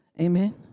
Amen